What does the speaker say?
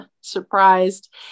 surprised